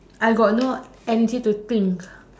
I got no energy to think